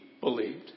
believed